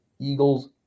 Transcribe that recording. Eagles